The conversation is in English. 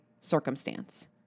circumstance